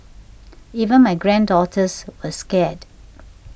even my granddaughters were scared